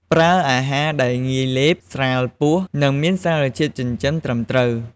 ប្រើអាហារដែលងាយលេប ស្រាលពោះ និងមានសារជាតិចិញ្ចឹមត្រឹមត្រូវ។